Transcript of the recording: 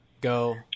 go